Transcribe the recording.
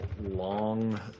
long